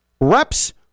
reps